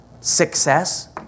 success